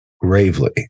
gravely